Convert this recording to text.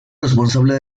responsable